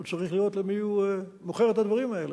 הוא צריך לראות למי הוא מוכר את הדברים האלה.